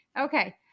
Okay